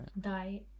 die